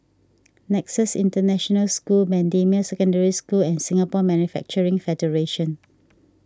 Nexus International School Bendemeer Secondary School and Singapore Manufacturing Federation